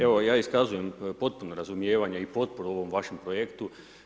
Evo ja iskazujem potpuno razumijevanje i potporu ovom vašem projektu.